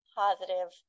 positive